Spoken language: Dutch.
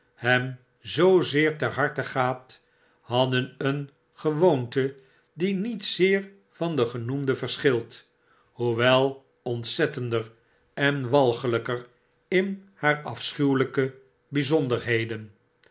hem zoozeer ter harte gaat hadden een gewoonte die niet zeer van de genoemde verschilt hoewel ontzettender en walgelper in haar afschuwelpe bponderheden